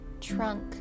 trunk